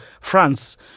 France